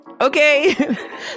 Okay